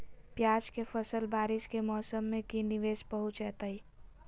प्याज के फसल बारिस के मौसम में की निवेस पहुचैताई?